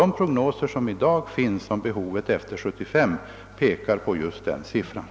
De prognoser som i dag finns om behovet efter 1975 pekar på just den siffran.